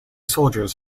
soldiers